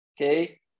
Okay